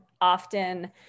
often